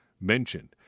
mentioned